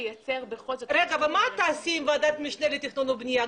מה תעשי עם ועדת משנה לתכנון ובנייה,